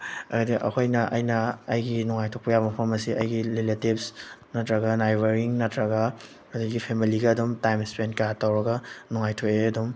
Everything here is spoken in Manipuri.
ꯍꯥꯏꯗꯤ ꯑꯩꯈꯣꯏꯅ ꯑꯩꯅ ꯑꯩꯒꯤ ꯅꯨꯡꯉꯥꯏꯊꯣꯛꯄ ꯌꯥꯕ ꯃꯐꯝ ꯑꯃꯁꯤ ꯑꯩꯒꯤ ꯔꯤꯂꯦꯇꯤꯞꯁ ꯅꯠꯇ꯭ꯔꯒ ꯅꯥꯏꯕꯔꯔꯤꯡ ꯅꯠꯇ꯭ꯔꯒ ꯑꯗꯒꯤ ꯐꯦꯃꯤꯂꯤꯒ ꯑꯗꯨꯝ ꯇꯥꯏꯝ ꯏꯁꯄꯦꯟ ꯀꯌꯥ ꯇꯧꯔꯒ ꯅꯡꯉꯥꯏꯊꯣꯛꯑꯦ ꯑꯗꯨꯝ